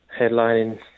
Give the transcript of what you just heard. headlining